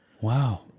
Wow